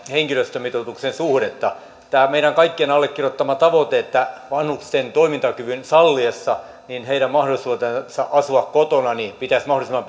henkilöstömitoituksen suhteesta tämä on meidän kaikkien allekirjoittama tavoite että vanhusten toimintakyvyn salliessa heidän mahdollisuutensa asua kotona pitäisi mahdollisimman